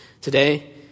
Today